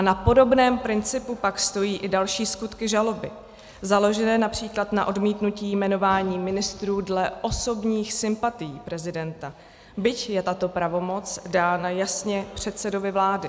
Na podobném principu pak stojí i další skutky žaloby, založené například na odmítnutí jmenování ministrů dle osobních sympatií prezidenta, byť je tato pravomoc dána jasně předsedovi vlády.